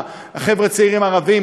חבר'ה צעירים ערבים,